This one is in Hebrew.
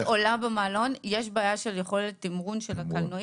גם אם הקלנועית עולה במעלון יש בעיה של יכולת התמרון של הקלנועית.